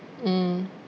mm